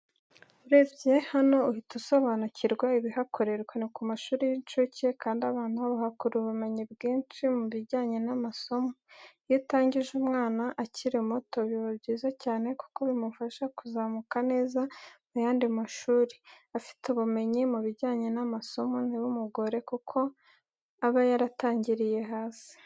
Urebye hano uhita usobanukirwa ibihakorerwa ni ku mashuri y'incuke kandi abana bahakura ubumenyi bwinshi mu bijyanye n'amasomo iyo utangije umwana akiri muto biba byiza cyane kuko bimufasha kuzamuka neza mu yandi mashuri, afite ubumenyi mu bijyanye n'amasomo ntibimugore kuko aba yaratangiriye hasi.